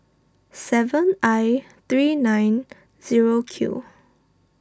seven I three nine zero Q